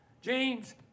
james